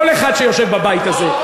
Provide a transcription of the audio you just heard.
כל אחד שיושב בבית הזה,